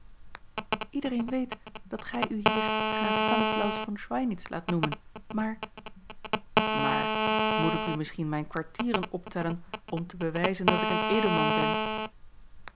iedereen weet dat gij u hier graaf stanislaus von schweinitz laat noemen maar maar moet ik u misschien mijne kwartieren optellen om te bewijzen dat ik een edelman ben